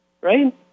right